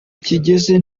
kigeze